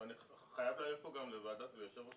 ואני חייב להעיר ליושב-ראש ועדת הכספים.